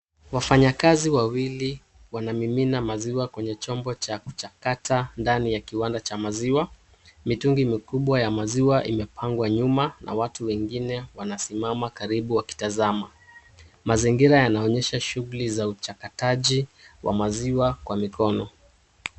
Wafanyakazi wawili wanamimina maziwa kwenye chombo cha kuchakata ndani ya kiwanda cha maziwa. Mitungi mikubwa ya maziwa imepangwa nyuma na watu wengine wanasimama karibu wakitazana. Mazingira yanaonyesha shughuli za uchakataji wa maziwa kwa mikono.